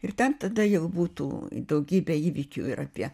ir ten tada jau būtų daugybė įvykių ir apie